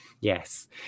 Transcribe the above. Yes